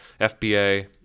FBA